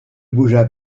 bougea